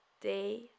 day